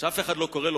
שאף אחד לא קורא לו,